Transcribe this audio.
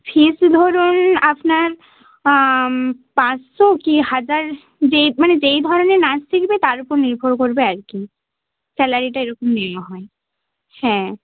ফিস ধরুন আপনার পাঁচশো কি হাজার যেই মানে যেই ধরনের নাচ শিখবে তার উপর নির্ভর করবে আর কি স্যালারিটা এরকম নেওয়া হয় হ্যাঁ